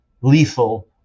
lethal